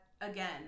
again